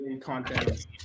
content